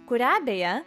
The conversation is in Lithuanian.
kurią beje